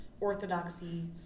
orthodoxy